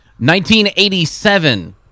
1987